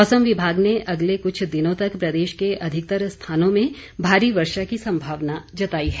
मौसम विभाग ने अगले कुछ दिनों तक प्रदेश के अधिकतर स्थानों में भारी वर्षा की सम्भावना जताई है